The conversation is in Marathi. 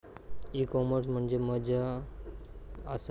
ई कॉमर्स म्हणजे मझ्या आसा?